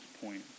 point